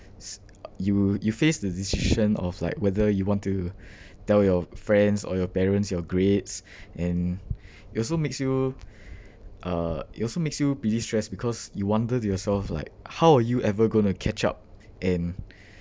s~ you you face the decision of like whether you want to tell your friends or your parents your grades and it also makes you uh it also makes you pretty stressed because you wonder to yourself like how are you ever going to catch up and